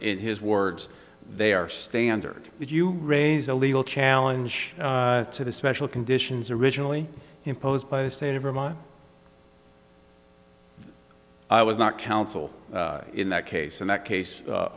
in his words they are standard would you raise a legal challenge to the special conditions originally imposed by the state of vermont i was not counsel in that case in that case